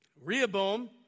Rehoboam